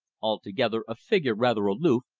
altogether a figure rather aloof,